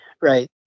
right